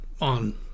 on